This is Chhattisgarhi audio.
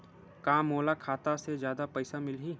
का मोला खाता से जादा पईसा मिलही?